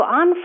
on